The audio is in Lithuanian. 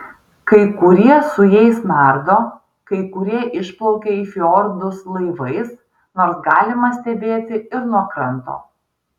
kai kurie su jais nardo kai kurie išplaukia į fjordus laivais nors galima stebėti ir nuo kranto